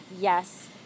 yes